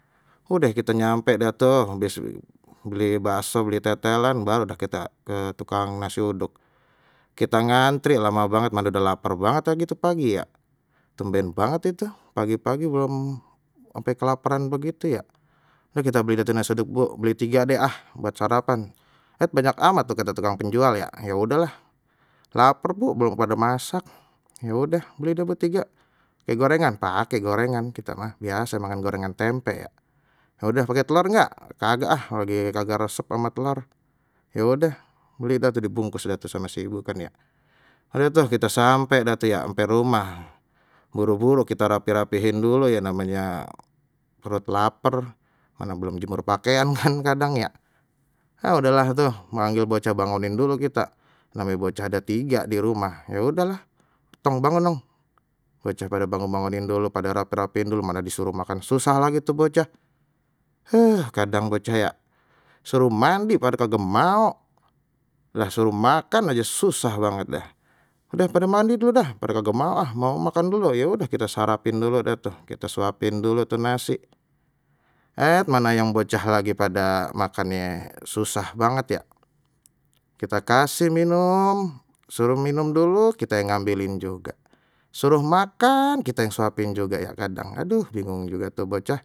Udeh kita nyampe dah tu bis beli bakso beli tetelan, baru dah kita ke tukang nasi uduk kita ngantri lama banget mana udah lapar banget lagi tu pagi ya, tumben banget itu pagi-pagi belum ampe kelaparan begitu ya, nah kita beli dah tuh nasi uduk bu beli tiga deh ah buat sarapan, et banyak amat tuh kayak ada tukang penjual ya, ya udahlah laper bu belum pada masak, ya udah beli dah bertiga, pake gorengan, pakai gorengan kita mah biasa makan gorengan tempe ya, ya udah pakai telur nggak, kagak ah kalau lagi kagak resep ama telor, ya udah beli dah di bungkus dah tuh sama si ibu kan ya, udah tuh kita sampe dah tu ya sampe rumah buru-buru kita rapi-rapihin dulu ya namanya perut lapar mana belum jemur pakaian kan kadang ya ah udahlah, tuh manggil bocah bangunin dulu kita sambil bocah ada tiga di rumah, ya udahlah tong bangun dong, bocah pada bangun bangunin dulu pada rapiin dulu. mana disuruh makan susah lagi tuh bocah kadang bocah ya suruh mandi pada kagak mau suruh makan aja susah banget deh, udah pada mandi dulu dah, pada kagak mau ah mau makan dulu ya udah kita sarapin dulu dah tu, kita suapin dulu tuh nasi et mana yang bocah lagi pada makannye susah banget ya, kita kasih minum suruh minum dulu kita yang ngambilin juga, suruh makan kita yang suapin juga ya kadang, aduh bingung juga tu bocah.